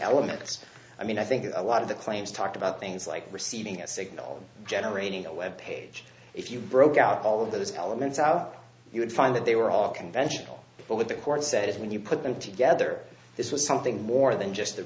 elements i mean i think a lot of the claims talk about things like receiving a signal generating a web page if you broke out all of those elements out you would find that they were all conventional people that the court said when you put them together this was something more than just the